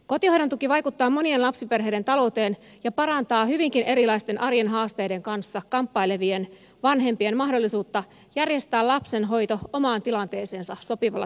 kotihoidon tuki vaikuttaa monien lapsiperheiden talouteen ja parantaa hyvinkin erilaisten arjen haasteiden kanssa kamppailevien vanhempien mahdollisuutta järjestää lapsen hoito omaan tilanteeseensa sopivalla tavalla